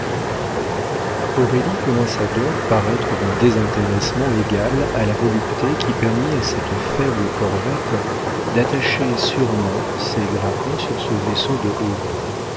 aurélie commença donc par être d'un désintéressement égal à la volupté qui permit à cette faible corvette d'attacher sûrement ses grappins sur ce vaisseau de haut bord